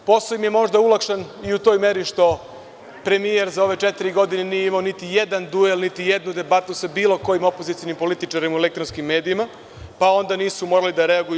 Posao im je možda olakšan i u toj meri što premijer za ove četiri godine nije imao niti jedan duel, niti jednu debatu sa bilo kojim opozicionim političarem u elektronskim medijima, pa onda nisu morali da reaguju.